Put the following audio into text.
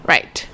Right